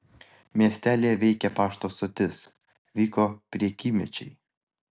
miestelyje veikė pašto stotis vyko prekymečiai